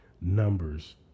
numbers